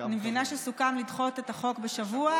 אני מבינה שסוכם לדחות את החוק בשבוע,